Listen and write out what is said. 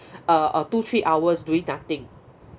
uh uh two three hours doing nothing